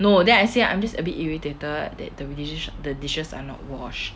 no then I say I'm just a bit irritated that the dis~ the dishes are not wash